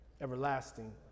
everlasting